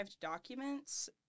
documents